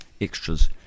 extras